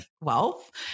wealth